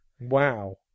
wow